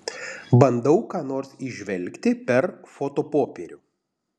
bandau ką nors įžvelgti per fotopopierių